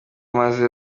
maze